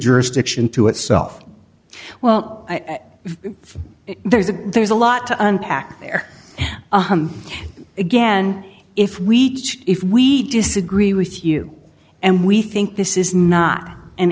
jurisdiction to itself well there's a there's a lot to unpack there and again if we if we disagree with you and we think this is not an